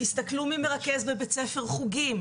תסתכלו מי מרכז בבית ספר חוגים,